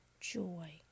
joy